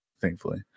thankfully